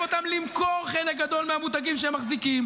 אותם למכור חלק גדול מהמותגים שהם מחזיקים,